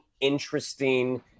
interesting